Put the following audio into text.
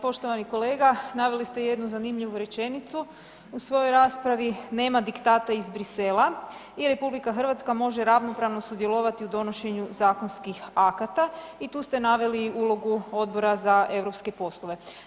Poštovani kolega, naveli ste jednu zanimljivu rečenicu u svojoj raspravi „nema diktata iz Brisela“ i „RH može ravnopravno sudjelovati u donošenju zakonskih akata“ i tu ste naveli ulogu Odbora za europske poslove.